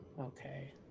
Okay